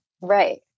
Right